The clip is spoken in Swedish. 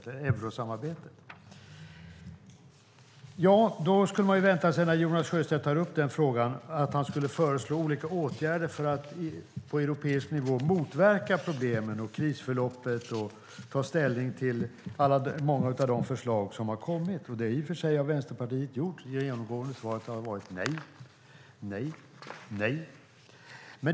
När Jonas Sjöstedt tar upp frågan skulle man kunna vänta sig att han skulle föreslå olika åtgärder för att på europeisk nivå motverka problemen och krisförloppet samt ta ställning till många av de förslag som har kommit. Det har i och för sig Vänsterpartiet gjort; det genomgående svaret har varit nej, nej, nej.